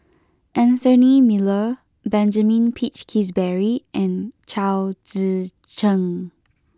Anthony Miller Benjamin Peach Keasberry and Chao Tzee Cheng